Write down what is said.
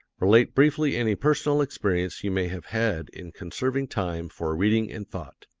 relate briefly any personal experience you may have had in conserving time for reading and thought.